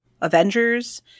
avengers